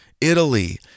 Italy